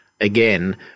again